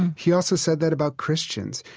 he also said that about christians.